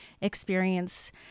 experience